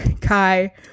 Kai